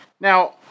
Now